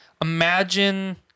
imagine